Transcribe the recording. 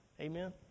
Amen